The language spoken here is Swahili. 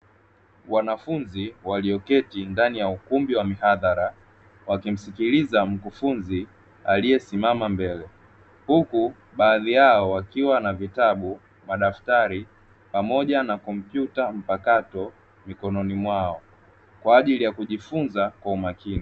Wanafunzi walioketi ndani ya ukumbi wa mihadhara wakimsikiliza mkufunzi aliyesimama mbele, huku baadhi yao wakiwa na vitabu, madaftari pamoja na kompyuta mpakato mikononi mwao kwa ajili ya kujifunza kwa umakini.